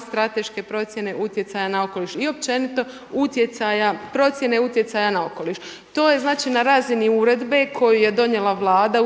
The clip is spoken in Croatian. strateške procjene utjecaja na okoliš i općenito utjecaja, procjene utjecaja na okoliš. To je znači na razini uredbe koju je donijela Vlada,